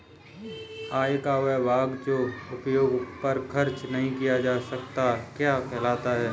आय का वह भाग जो उपभोग पर खर्च नही किया जाता क्या कहलाता है?